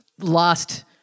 last